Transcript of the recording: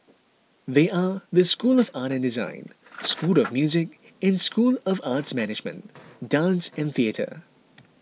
they are the school of art and design school of music and school of arts management dance and theatre